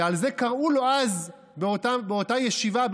ועל זה קראו לו אז באותה ישיבה,